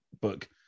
book